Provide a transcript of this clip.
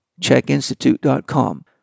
Checkinstitute.com